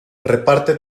reparte